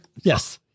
Yes